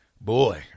Boy